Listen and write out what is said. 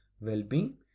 well-being